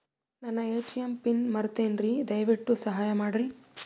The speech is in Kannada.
ನನ್ನ ಎ.ಟಿ.ಎಂ ಪಿನ್ ಮರೆತೇನ್ರೀ, ದಯವಿಟ್ಟು ಸಹಾಯ ಮಾಡ್ರಿ